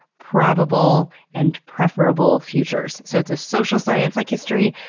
probable, and preferable futures. so, it's a social science, like history,